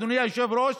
אדוני היושב-ראש,